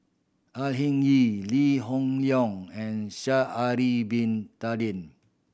Au Hing Yee Lee Hoon Leong and Sha'ari Bin Tadin